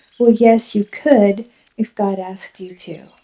well yes you could if god asked you to!